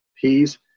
peas